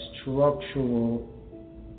structural